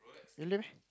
really meh